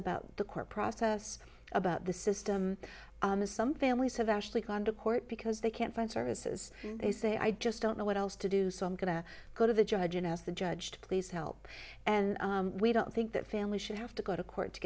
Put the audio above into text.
about the court process about the system some families have actually gone to court because they can't find services and they say i just don't know what else to do so i'm going to go to the judge and ask the judge to please help and we don't think that family should have to go to court to